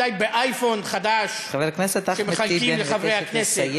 אולי באייפון חדש שמחלקים לחברי הכנסת.